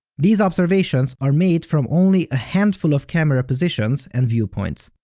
these observations are made from only a handful of camera positions and viewpoints.